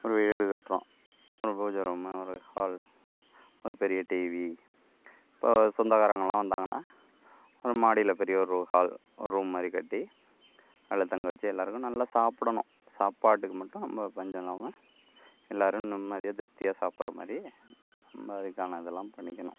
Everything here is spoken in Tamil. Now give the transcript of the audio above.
ஒரு வீடு கட்டுறோம் ஒரு பூஜை ரூமு ஒரு ஹால் ஒரு பெரிய டிவி இப்போது சொந்தக்காரங்களாம் வந்தாங்கன்னால் ஒரு மாடியில் பெரிய ஒரு ஹால் ஒரு ரூம் மாதிரி கட்டி அதில் தங்க வச்சு எல்லாருக்கும் நல்லா சாப்பிடணும் சாப்பாடுக்கு மட்டும் நம்ம பஞ்சம் இல்லாமல் எல்லாரும் நிம்மதியாக திருப்தியாக சாப்பிடுற மாதிரி நம்ம அதுக்கான இதெல்லாம் பண்ணிக்கணும்